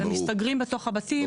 ומסתגרים בתוך הבתים.